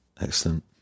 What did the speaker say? Excellent